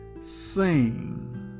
sing